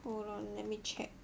hold on let me check